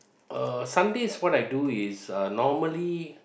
uh Sundays what I do is uh normally